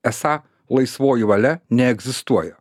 esą laisvoji valia neegzistuoja